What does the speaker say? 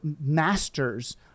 masters